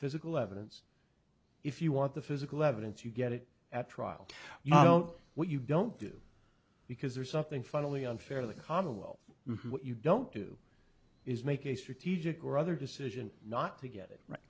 physical evidence if you want the physical evidence you get it at trial you know what you don't do because there's something finally unfair the commonwealth what you don't do is make a strategic or other decision not to get it right